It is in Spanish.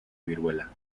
viruela